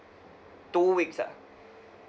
two weeks ah